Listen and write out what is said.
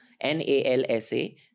N-A-L-S-A